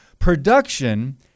Production